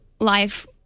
life